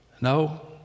No